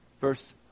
verse